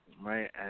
right